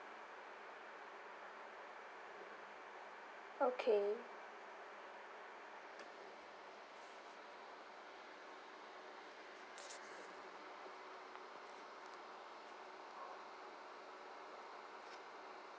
okay